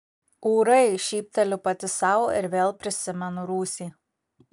ūrai šypteliu pati sau ir vėl prisimenu rūsį